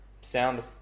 sound